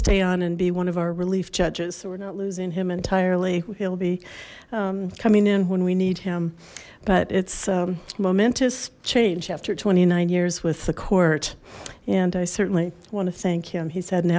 stay on and be one of our relief judges so we're not losing him entirely he'll be coming in when we need him but it's a momentous change after twenty nine years with the court and i certainly want to thank him he's had an